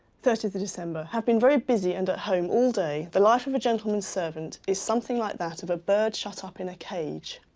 thirtieth december have been very busy and at home all day. the life of a gentleman servant is something like that of a bird shut up in a cage.